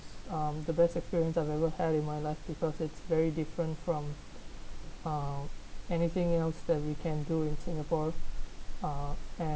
um the best experience I've ever had in my life because it's very different from um anything else that we can do in singapore uh